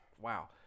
wow